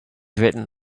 written